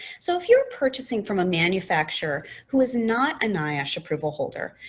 so, if you're purchasing from a manufacturer who is not a niosh approval holder,